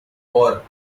war